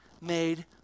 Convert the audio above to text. made